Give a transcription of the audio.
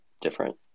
different